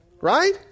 Right